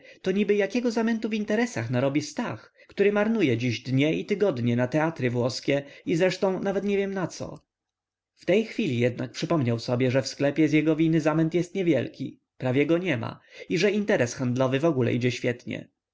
to niby jakiego zamętu w interesach narobi stach który marnuje dziś dnie i tygodnie na teatry włoskie i zresztą nawet nie wiem naco w tej chwili jednak przypomniał sobie że w sklepie z jego winy zamęt jest niewielki prawie go niema i że interes handlowy w ogóle idzie świetnie